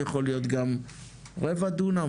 זה יכול להיות גם רבע דונם,